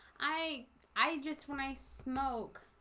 i i just when i smoke